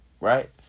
Right